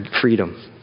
Freedom